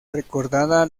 recordada